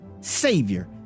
Savior